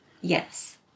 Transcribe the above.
Yes